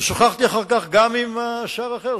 ושוחחתי אחר כך גם עם שר אחר,